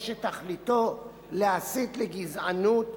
או שתכליתו להסית לגזענות,